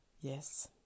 Yes